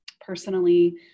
Personally